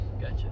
Gotcha